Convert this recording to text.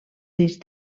disc